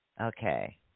Okay